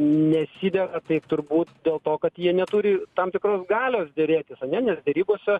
nesidera tai turbūt dėl to kad jie neturi tam tikros galios derėtis ane nes derybose